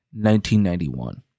1991